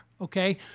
okay